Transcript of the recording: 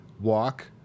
walk